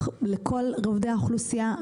הנה ח"כ מופיד פה.